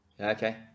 Okay